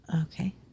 okay